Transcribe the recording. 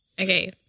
Okay